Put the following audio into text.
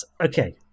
okay